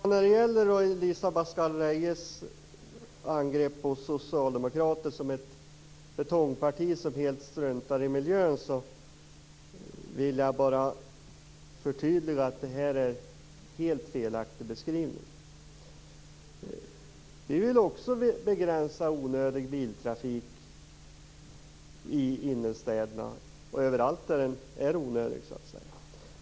Fru talman! När det gäller Elisa Abascal Reyes angrepp på Socialdemokraterna som ett betongparti som helt struntar i miljön vill jag bara förtydliga och säga att det är en helt felaktig beskrivning. Vi vill också begränsa onödig biltrafik i innerstäderna och överallt där den är onödig.